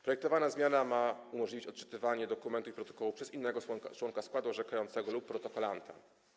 Projektowana zmiana ma umożliwić odczytywanie dokumentów i protokołów przez innego członka składu orzekającego lub protokolanta.